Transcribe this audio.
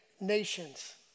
nations